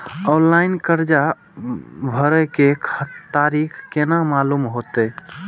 Online कर्जा भरे के तारीख केना मालूम होते?